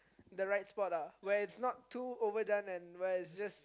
the right spot ah where it's not too overdone and where it's just